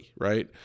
right